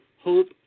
hope